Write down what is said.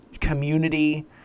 Community